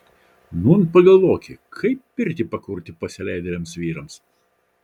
nūn pagalvoki kaip pirtį pakurti pasileidėliams vyrams